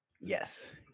Yes